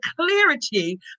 clarity